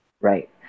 right